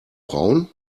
frauen